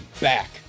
back